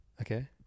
Okay